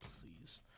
Please